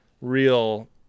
real